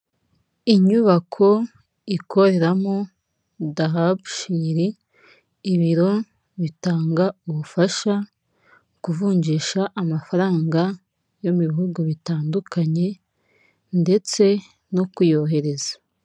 Inyubako ikoreramo dahabushiri, ibiro bitanga ubufasha, kuvunjisha amafaranga yo mu bihugu bitandukanye ndetse no kuyohereza.